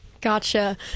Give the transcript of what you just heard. Gotcha